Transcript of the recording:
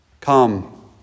Come